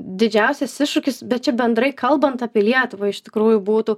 didžiausias iššūkis bet čia bendrai kalbant apie lietuvą iš tikrųjų būtų